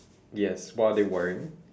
yes what are they wearing